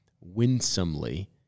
winsomely